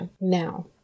Now